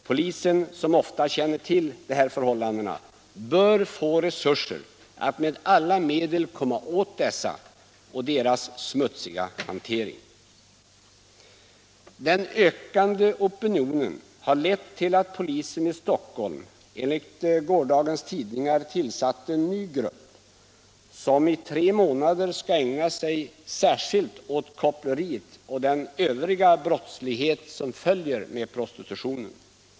Polisen, som ofta känner till dessa förhållanden, bör få resurser att med alla medel komma åt dessa personer och deras smutsiga hantering. Den ökande opinionen har lett till att polisen i Stockholm enligt gårdagens tidningar tillsatt en ny grupp som i tre månader skall ägna sig särskilt åt koppleriet och den övriga brottslighet som följer prostitutionen.